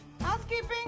Housekeeping